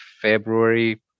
February